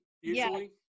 usually